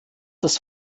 das